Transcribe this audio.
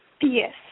yes